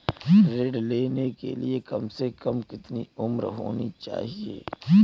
ऋण लेने के लिए कम से कम कितनी उम्र होनी चाहिए?